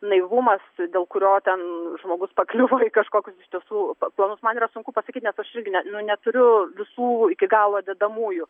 naivumas dėl kurio ten žmogus pakliuvo į kažkokius iš tiesų planus man yra sunku pasakyt nes aš irgi ne nu neturiu visų iki galo dedamųjų